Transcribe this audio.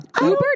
Uber